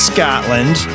Scotland